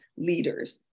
leaders